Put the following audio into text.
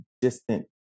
distant